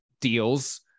deals